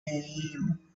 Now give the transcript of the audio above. came